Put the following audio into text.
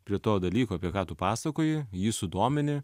prie to dalyko apie ką tu pasakoji jį sudomini